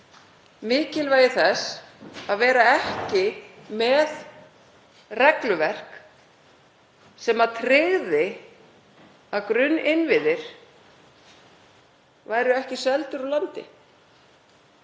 mikilvægi þess að vera ekki með regluverk sem tryggði að grunninnviðir væru ekki seldir úr landi,